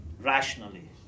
rationally